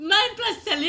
מה הם פלסטלינה?